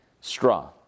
straw